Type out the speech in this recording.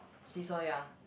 seesaw ya